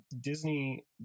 Disney